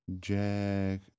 Jack